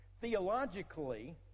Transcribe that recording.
theologically